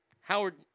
Howard